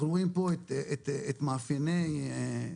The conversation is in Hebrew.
אנחנו רואים פה את מאפייני הלקוחות,